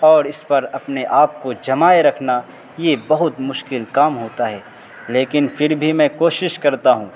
اور اس پر اپنے آپ کو جمائے رکھنا یہ بہت مشکل کام ہوتا ہے لیکن پھر بھی میں کوشش کرتا ہوں